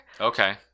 okay